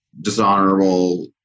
dishonorable